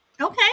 Okay